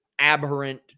aberrant